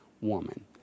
woman